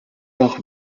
noch